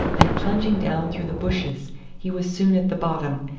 and plunging down through the bushes he was soon at the bottom,